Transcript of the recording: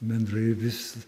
bendrai vis